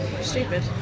stupid